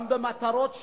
גם במטרות שלו,